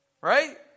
right